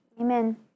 Amen